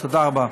תודה רבה.